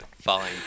Fine